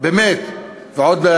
שיש חוק.